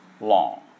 long